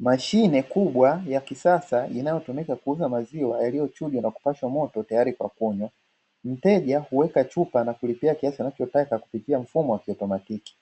Mashine kubwa ya kisasa inayotumika kuuza maziwa yaliyochujwa na kupashwa moto tayari kwa kunywa. Mteja hueka chupa na kulipia kiasi anachotaka kupitia mfumo wa kiotomatiki,